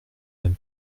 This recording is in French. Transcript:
même